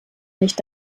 nicht